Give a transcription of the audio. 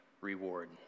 reward